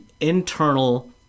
internal